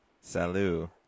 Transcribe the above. salut